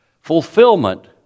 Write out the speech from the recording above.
fulfillment